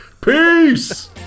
Peace